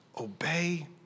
obey